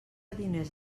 diners